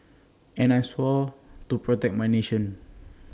and I swore to protect my nation